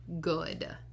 good